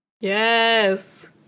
Yes